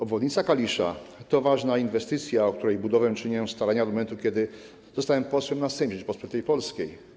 Obwodnica Kalisza to ważna inwestycja, o której budowę czynię starania od momentu, kiedy zostałem posłem na Sejm Rzeczypospolitej Polskiej.